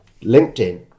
LinkedIn